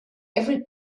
every